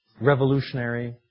revolutionary